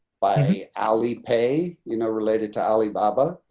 by alipay, you know, related to alibaba,